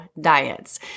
diets